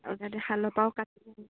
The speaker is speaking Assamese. আৰু তাতে শালৰ পৰাও কাটি আনিছোঁ